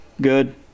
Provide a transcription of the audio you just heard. good